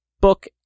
book